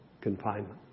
confinement